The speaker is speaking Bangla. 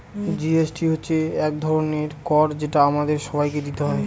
জি.এস.টি হচ্ছে এক ধরনের কর যেটা আমাদের সবাইকে দিতে হয়